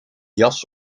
jas